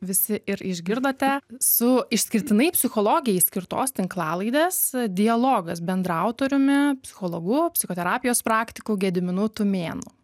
visi ir išgirdote su išskirtinai psichologijai skirtos tinklalaidės dialogas bendraautoriumi psichologu psichoterapijos praktiku gediminu tumėnu